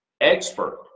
expert